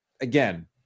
again